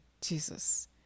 Jesus